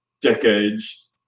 decades